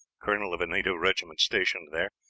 colonel of a native regiment stationed there,